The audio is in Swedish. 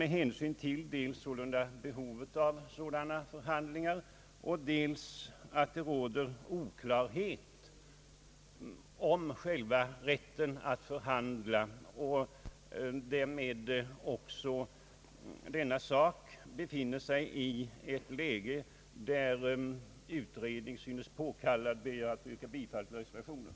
Med hänsyn dels till behovet av sådana förhandlingar och dels till att det råder oklarhet om själva rätten att förhandla och denna sak därmed befinner sig i ett läge, där utredning synes påkallad, ber jag att få yrka bifall till reservationen.